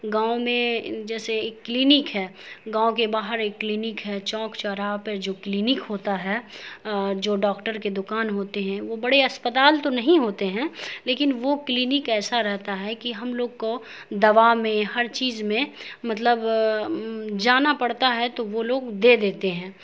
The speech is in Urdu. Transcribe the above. گاؤں میں جیسے ایک کلینک ہے گاؤں کے باہر ایک کلینک ہے چوک چوراہا پہ جو کلینک ہوتا ہے جو ڈاکٹر کے دکان ہوتے ہیں وہ بڑے اسپتال تو نہیں ہوتے ہیں لیکن وہ کلینک ایسا رہتا ہے کہ ہم لوگ کو دوا میں ہر چیز میں مطلب جانا پڑتا ہے تو وہ لوگ دے دیتے ہیں